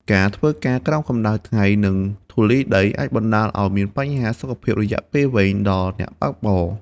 ការធ្វើការក្រោមកម្តៅថ្ងៃ និងធូលីដី អាចបណ្តាលឱ្យមានបញ្ហាសុខភាពរយៈពេលវែងដល់អ្នកបើកបរ។